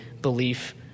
belief